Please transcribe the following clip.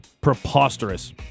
Preposterous